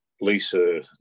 Lisa